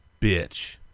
bitch